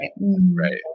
right